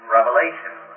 Revelation